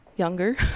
younger